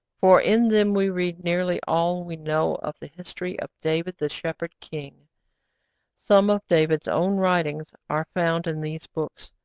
for in them we read nearly all we know of the history of david the shepherd-king. some of david's own writings are found in these books,